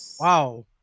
Wow